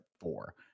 Four